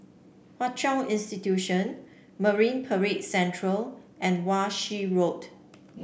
Hwa Chong Institution Marine Parade Central and Wan Shih Road